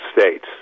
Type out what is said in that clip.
States